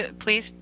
please